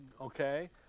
Okay